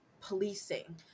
policing